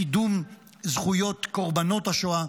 קידום זכויות קורבנות השואה,